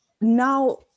now